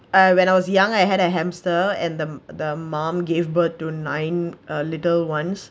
uh when I was young I had a hamster and the the mom gave birth to nine a little ones